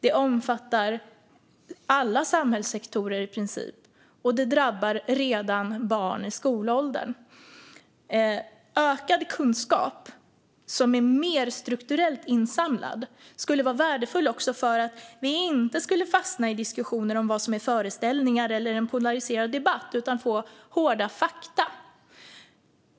Detta omfattar i princip alla samhällssektorer, och det drabbar barn redan i skolåldern. Ökad kunskap, som är mer strukturellt insamlad, skulle vara värdefull också för att vi inte skulle fastna i diskussioner om vad som är föreställningar eller en polariserad debatt. Vi skulle då få hårda fakta.